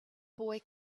boy